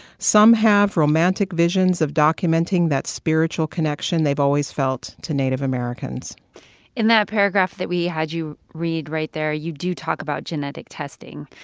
some have romantic visions of documenting that spiritual connection they've always felt to native americans in that paragraph that we had you read right there, you do talk about genetic testing.